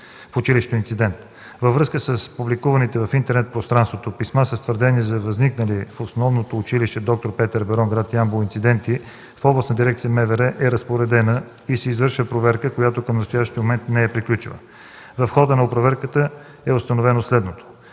Във връзка с публикуваните в интернет пространството писма с твърдение за възникнали в Основното училище „Д-р Петър Берон”, град Ямбол, инциденти, в Областна дирекция МВР е разпоредена и се извършва проверка, която към настоящия момент не е приключила. В хода на проверката е установено следното: